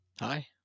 Hi